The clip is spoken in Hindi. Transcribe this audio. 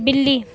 बिल्ली